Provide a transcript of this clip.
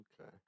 Okay